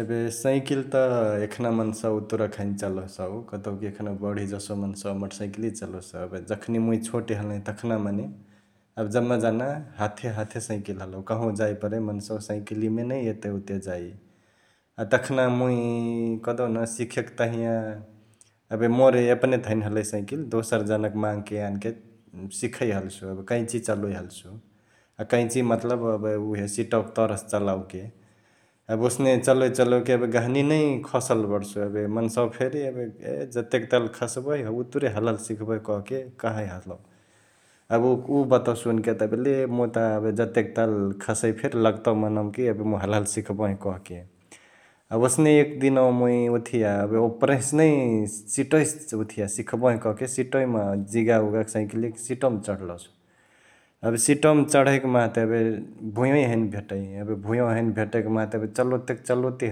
एबे सैकिली त एखना मन्सवा उतुरा क हैने चलोसउ कतौकी एखना बढी जसो मन्सवा मटरसैकिलिए चलोसउ । एबे जखनी मुइ छोटे हलही तखना मने एबे जम्मा जना हाथे हाथे सैकिली हलौ कहवा जाइ परै मनसवा सैकिलिए मा नै एते ओते जाई । अ तखना मुइ कहदेउन सिखेके तंहिया एबे मोरे यपने त हैने हलौ सैकिली दोसर जनाक माङके यानके सिखै हल्सु एबे कैंची चलोइ हल्सु ,अ कैंची मतलब एबे उहे सिटवाक तरसे चलओके । एबे ओसने चलोइक चलोइक एबे घहनी नै खसल बड्सु, एबे मन्सवा फेरी एबे ए जतेक ताल खसबही उतुरे हलहाली सिखबही कहके कहै हलौ । एबे उ बतवा सुन्के त एबे ले मुइ त एबे जतेक ताल खसै फेरी लग्तौ मनवा कि एबे मुइ हलहली सिखबही कहके । अ ओसने एक दिनवा मुइ ओथिया एबे ओपरहिसे नै सिटवै से ओथिया सिखबही कहके सिटवमा जिगउगके सैकिलियाक सिटवमा चडल्सु । एबे सिटवमा चढैक माहा त एबे भुंयवा हैने भेटई, एबे भुंयवा हैने भेटैक माहा त एबे चलोतेक चलोतेक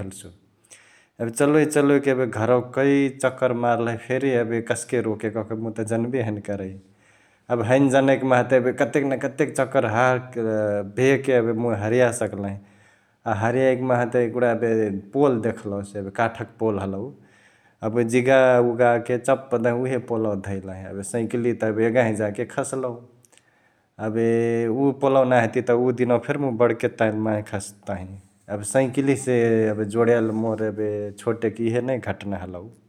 हल्सु । एबे चलोइ चलोइक एबे घरवाक कै चक्कर मारलही फेरी एबे कस्के रोकेके कहके मुइ त जन्बे हैने करै । एबे हैने जनैक माहा त कतेक न कतेक चक्कर् भेके एबे मुइ हरिया सकल्ही अ हरियाइकी माहा त एगुडा एबे पोल देखलसु एबे काठक पोल हलौ । एबे जिगा उगाके चप्प दहिया उहे पोलवा धैलही एबे सैकिलिया त एबे एगहे जाके खस्लउ । एबे उ पोलवा नांही हतिय त उ दिनवा फेरी मुइ बड्के ताहे माहे खस्तहिं । एबे सैकिली से एबे जोडाइली मोर एबे छोटेक इहे नै घटना हलौ ।